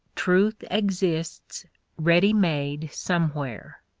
truth exists ready-made somewhere.